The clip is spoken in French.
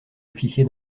officier